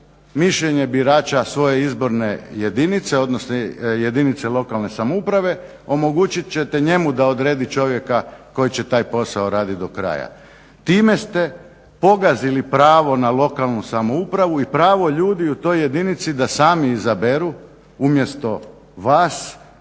mišljenje birača svoje izborne jedinice odnosno jedinice lokalna samouprave omogućit ćete njemu da odredi čovjeka koji će taj posao raditi do kraja. Time ste pogazili pravo na lokalnu samoupravu i pravo ljudi u toj jedinici da sami izaberu umjesto vas